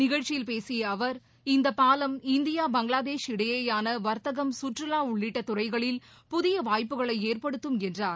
நிகழ்ச்சியில் பேசிய அவர் இந்தப் பாலம் இந்தியா பங்களாதேஷ் இடையேயான வர்த்தகம் கற்றுலா உள்ளிட்ட துறைகளில் புதிய வாய்ப்புகளை ஏற்படுத்தும் என்றார்